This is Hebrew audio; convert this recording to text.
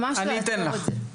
ממש לעצור את זה.